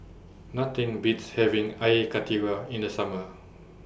Nothing Beats having Air Karthira in The Summer